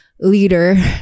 leader